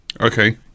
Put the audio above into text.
Okay